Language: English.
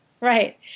Right